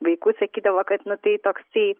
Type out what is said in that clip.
vaikų sakydavo kad nu tai toksai